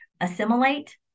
assimilate